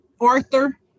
Arthur